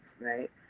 right